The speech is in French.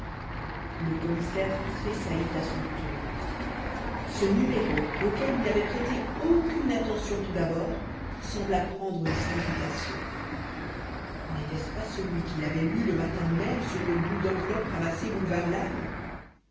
le commissaire tressaillit à son tour ce numéro auquel il n'avait prêté aucune attention tout d'abord sembla prendre une signification n'était-ce pas celui qu'il avait lu le matin même sur le bout d'enveloppe ramassé boulevard lannes